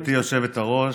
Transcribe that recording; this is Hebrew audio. גברתי היושבת-ראש,